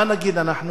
מה נגיד אנחנו?